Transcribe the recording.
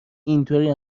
اینطوری